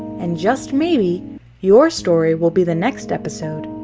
and just maybe your story will be the next episode!